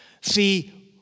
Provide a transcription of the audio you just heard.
See